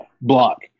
block